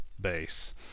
bass